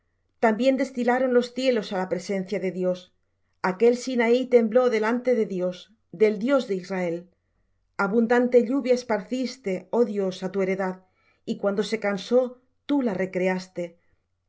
también destilaron los cielos á la presencia de dios aquel sinaí tembló delante de dios del dios de israel abundante lluvia esparciste oh dios á tu heredad y cuando se cansó tú la recreaste los